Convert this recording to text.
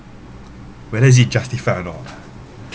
whether is it justify or not